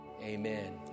Amen